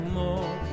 more